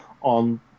on